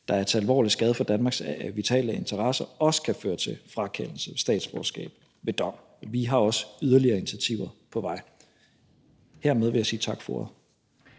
der er til alvorlig skade for Danmarks vitale interesser, også kan føre til frakendelse af statsborgerskab ved dom. Vi har også yderligere initiativer på vej. Hermed vil jeg sige tak for ordet.